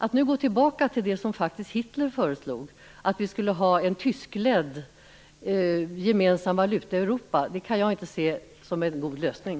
Att nu gå tillbaka till det som Hitler föreslog, nämligen att vi skulle ha en tyskledd gemensam valuta i Europa, kan jag inte se som en god lösning.